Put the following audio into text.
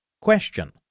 Question